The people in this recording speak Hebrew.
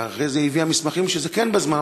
ואחרי זה היא הביאה מסמכים שזה כן בזמן,